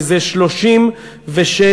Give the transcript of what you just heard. מזה 36 שנים,